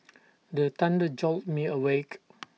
the thunder jolt me awake